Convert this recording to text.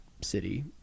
city